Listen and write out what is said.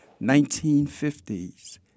1950s